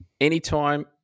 anytime